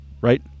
right